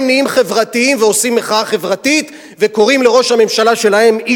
הם נהיים חברתיים ועושים מחאה חברתית וקוראים לראש הממשלה שלהם,